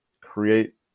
create